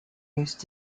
used